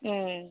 ம்